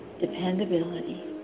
dependability